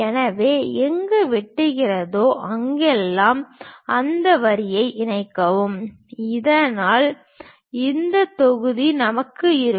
எனவே எங்கு வெட்டுகிறதோ அங்கெல்லாம் அந்த வரிகளை இணைக்கவும் இதனால் இந்த தொகுதி நமக்கு இருக்கும்